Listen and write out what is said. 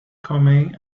coming